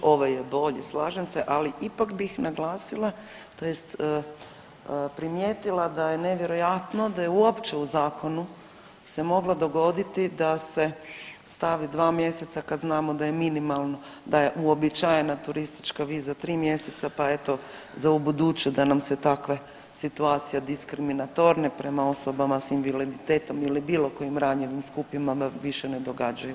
Ovaj je bolji, slažem se, ali ipak bih naglasila, tj. primijetila da je nevjerojatno da je uopće u Zakonu se moglo dogoditi da se stavi 2 mjeseca, kad znamo da je minimalno, da je uobičajena turistička viza 3 mjeseca, pa eto, za ubuduće da nam se takve situacije diskriminatorne prema osobama s invaliditetom ili bilo kojim ranjivim skupinama više ne događaju.